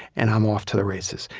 and i'm off to the races.